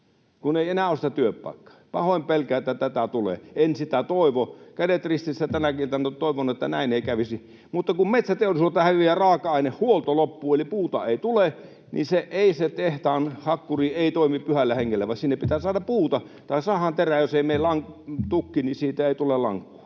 kun ei enää ole sitä työpaikkaa. Pahoin pelkään, että tätä tulee. En sitä toivo. Kädet ristissä tänäkin iltana toivon, että näin ei kävisi, mutta kun metsäteollisuudelta häviää raaka-aine, huolto loppuu, eli puuta ei tule, niin ei se tehtaan hakkuri toimi pyhällä hengellä vaan sinne pitää saada puuta tai sahanterä. Jos meillä on tukki, niin siitä ei tule lankku.